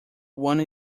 one